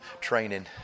training